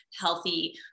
healthy